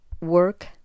work